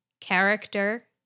Character